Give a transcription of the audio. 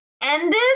ended